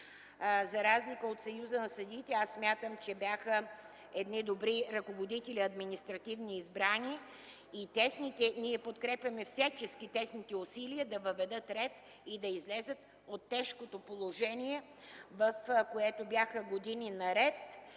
За разлика от Съюза на съдиите, аз смятам, че бяха избрани добри административни ръководители. Ние подкрепяме всячески техните усилия да въведат ред и да излязат от тежкото положение, в което бяха години наред.